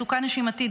מצוקה נשימתית,